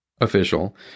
official